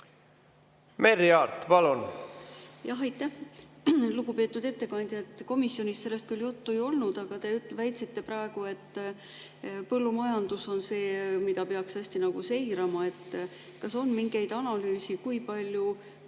Merry Aart, palun! Aitäh! Lugupeetud ettekandja! Komisjonis sellest küll juttu ei olnud, aga te väitsite praegu, et põllumajandus on see, mida peaks hästi [hoolega] seirama. Kas on mingeid analüüse, kui palju